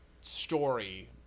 story